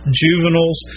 juveniles